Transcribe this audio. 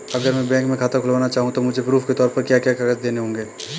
अगर मैं बैंक में खाता खुलाना चाहूं तो मुझे प्रूफ़ के तौर पर क्या क्या कागज़ देने होंगे?